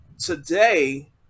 today